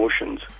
emotions